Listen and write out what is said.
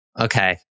okay